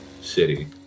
city